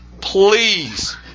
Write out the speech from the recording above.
Please